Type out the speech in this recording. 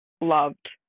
loved